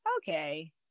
Okay